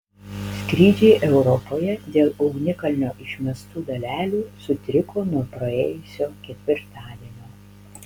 skrydžiai europoje dėl ugnikalnio išmestų dalelių sutriko nuo praėjusio ketvirtadienio